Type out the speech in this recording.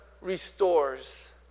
restores